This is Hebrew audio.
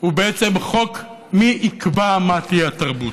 הוא בעצם חוק מי יקבע מה תהיה התרבות.